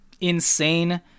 insane